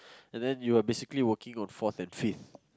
and then you are basically working on fourth and fifth